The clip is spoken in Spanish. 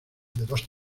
dos